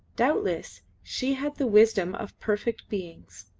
doubtless she had the wisdom of perfect beings.